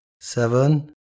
seven